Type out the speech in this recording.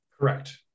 Correct